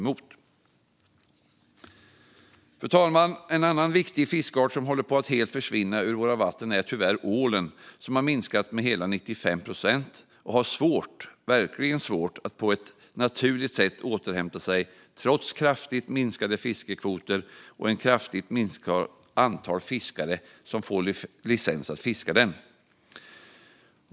Fru talman! En annan viktig fiskart som håller på att helt försvinna ur våra vatten är tyvärr ålen som har minskat med hela 95 procent. Den har verkligen svårt att på ett naturligt sätt återhämta sig trots kraftigt minskade fiskekvoter och ett kraftigt minskat antal fiskare som får licens att fiska den.